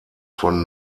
von